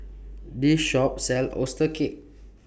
This Shop sells Oyster Cake